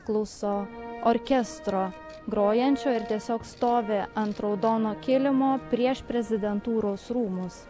klauso orkestro grojančio ir tiesiog stovi ant raudono kilimo prieš prezidentūros rūmus